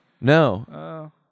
No